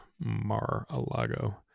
Mar-a-Lago